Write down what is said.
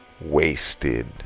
wasted